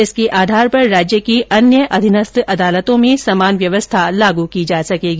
इसके आधार पर राज्य की अन्य अधीनस्थ अदालतों में समान व्यवस्था लागू की जा सकेगी